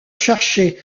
cherchait